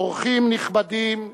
אורחים נכבדים,